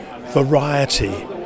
variety